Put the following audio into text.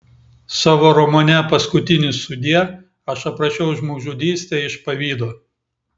savo romane paskutinis sudie aš aprašiau žmogžudystę iš pavydo